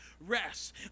rest